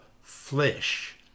flesh